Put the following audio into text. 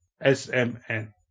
S-M-N